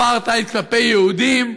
אפרטהייד כלפי יהודים,